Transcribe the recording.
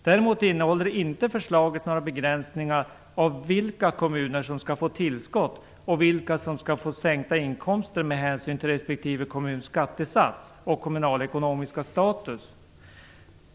Däremot innehåller inte förslaget några begränsningar av vilka kommuner som skall få tillskott och vilka som skall få sänkta inkomster med hänsyn till respektive kommuns skattesats och kommunalekonomiska status.